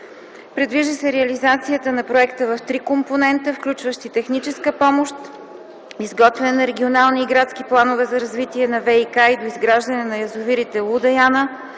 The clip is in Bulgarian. Предвижда се реализация на проекта в три компонента, включващи техническа помощ, изготвяне на регионални и градски планове за развитие на ВиК и доизграждане на язовирите „Луда Яна”